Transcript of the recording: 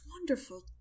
wonderful